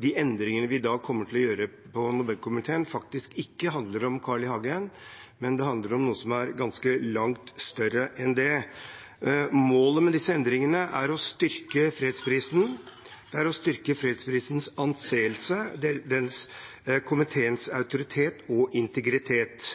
de endringene vi i dag kommer til å gjøre i Nobelkomiteen, faktisk ikke handler om Carl I. Hagen, men om noe som er langt større enn det. Målet med disse endringene er å styrke fredsprisen. Det er å styrke fredsprisens anseelse og komiteens autoritet og integritet.